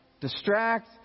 distract